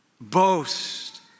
boast